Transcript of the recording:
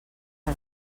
per